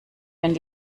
wenn